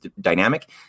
dynamic